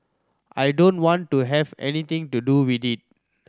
I don't want to have anything to do with it